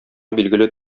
билгеле